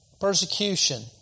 persecution